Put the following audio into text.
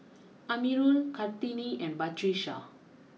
Amirul Kartini and Batrisya